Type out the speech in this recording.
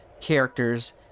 characters